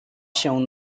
się